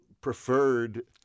preferred